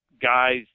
Guys